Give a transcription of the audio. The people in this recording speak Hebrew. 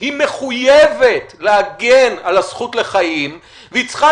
היא מחויבת להגן על הזכות לחיים והיא צריכה